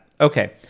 Okay